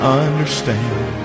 understand